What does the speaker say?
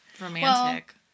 Romantic